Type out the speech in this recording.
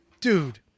dude